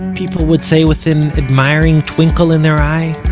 people would say with an admiring twinkle in their eye